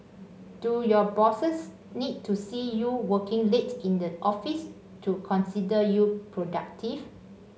do your bosses need to see you working late in the office to consider you productive